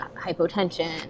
hypotension